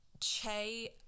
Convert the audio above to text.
Che